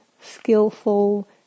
skillful